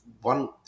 one